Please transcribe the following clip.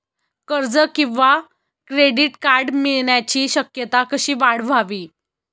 कर्ज किंवा credit card मिळण्याची शक्यता कशी वाढवावी?